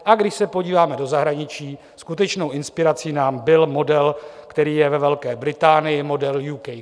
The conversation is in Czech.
A když se podíváme do zahraničí, skutečnou inspirací nám byl model, který je ve Velké Británii, model GOV.UK